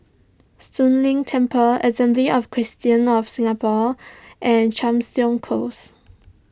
Soon Leng Temple Assembly of Christians of Singapore and Chepstow Close